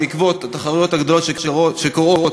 בעקבות התחרויות הגדולות שקורות